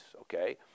Okay